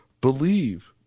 believe